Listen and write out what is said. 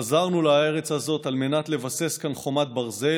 חזרנו לארץ הזאת על מנת לבסס כאן חומת ברזל,